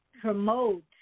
promote